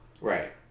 Right